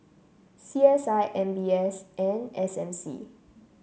C S I M B S and S M C